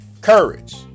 courage